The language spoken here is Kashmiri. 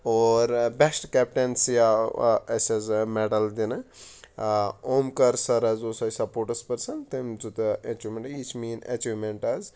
اور بٮ۪سٹ کٮ۪پٹٮ۪نسی آو اَسہِ حظ مٮ۪ڈَل دِنہٕ اومکَر سَر حظ اوس اَسہِ سَپوٹَس پٔرسَن تٔمۍ یہِ چھِ میٛٲنۍ اٮ۪چیٖومٮ۪نٛٹ آز